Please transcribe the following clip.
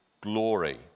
glory